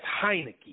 Heineke